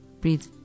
breathe